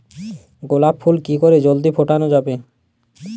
গোলাপ ফুল কি করে জলদি ফোটানো যাবে?